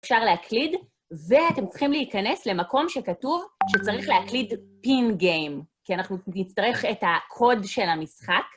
אפשר להקליד, ואתם צריכים להיכנס למקום שכתוב שצריך להקליד פין-גיים, כי אנחנו נצטרך את הקוד של המשחק,